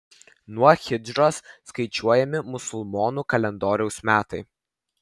nuo hidžros skaičiuojami musulmonų kalendoriaus metai